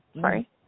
Sorry